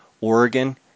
Oregon